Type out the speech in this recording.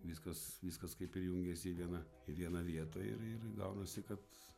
viskas viskas kaip ir jungiasi į vieną į vieną vietą ir ir gaunasi kad